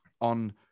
on